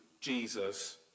Jesus